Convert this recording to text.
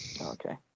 okay